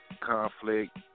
conflict